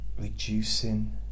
reducing